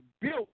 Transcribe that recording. built